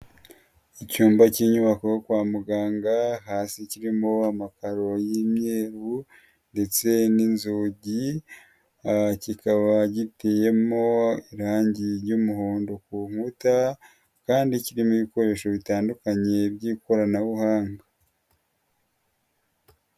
Icyumba cy'inyubako kwa muganga, hasi kirimo amakaro y'imyeru ndetse n'inzugi, kikaba giteyemo irangi ry'umuhondo ku nkuta, kandi kirimo ibikoresho bitandukanye by'ikoranabuhanga.